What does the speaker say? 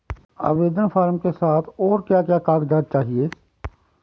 आवेदन फार्म के साथ और क्या क्या कागज़ात चाहिए?